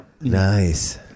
Nice